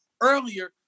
earlier